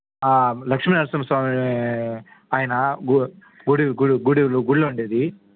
లక్ష్మీ నరసింహ స్వామి ఆయన గు గుడి గుళ్ళో ఉండేది